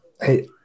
hey